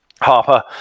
Harper